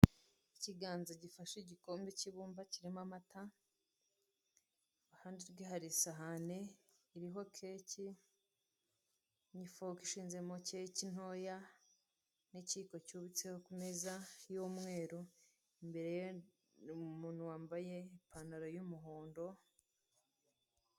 Ikiganza gifashe igikombe cy'ibumba kirimo amata, iruhande rwe hari isahani iriho keki, n'ifoke ishizemo keke ntoya n'ikiyiko cyubuce ku meza y'umweru imbere umuntu wambaye ipantaro y'umuhondo.